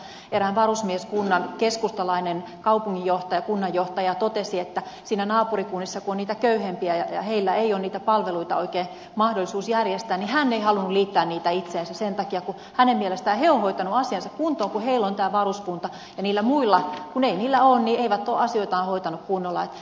minulla on oma kokemus jossa erään varusmieskunnan keskustalainen kunnanjohtaja totesi että naapurikunnissa kun on niitä köyhempiä ja niillä ei oikein ole mahdollisuutta niitä palveluita järjestää hän ei halunnut liittää niitä omaan kuntaansa sen takia että hänen mielestään he ovat hoitaneet asiansa kuntoon kun heillä on tämä varuskunta ja kun niillä muilla ei ole niin ne eivät ole asioitaan hoitaneet kunnolla